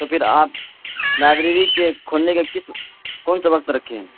تو پھر آپ لائیبریری کے کھلنے کے کس کون سے وقت پر رکھے ہیں